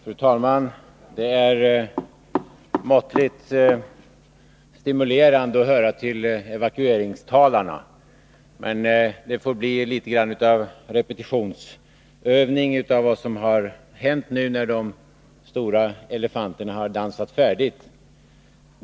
Fru talman! Det är måttligt stimulerande att höra till evakueringstalarna. Det får väl bli litet grand av repetitionsövning av vad som sagts sedan nu de stora elefanterna har dansat färdigt.